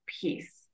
peace